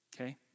Okay